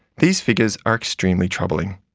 these figures are extremely troubling.